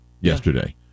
yesterday